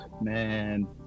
man